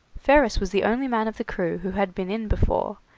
ferris was the only man of the crew who had been in before,